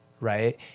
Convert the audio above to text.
right